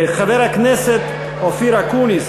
חבר הכנסת אופיר אקוניס,